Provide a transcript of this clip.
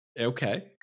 okay